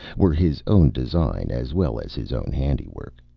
were his own design as well as his own handiwork.